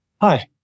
Hi